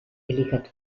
elikatu